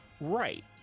Right